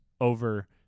over